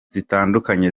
zitandukanye